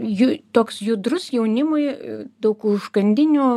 ju toks judrus jaunimui daug užkandinių